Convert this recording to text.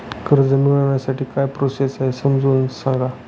कर्ज मिळविण्यासाठी काय प्रोसेस आहे समजावून सांगा